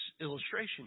illustration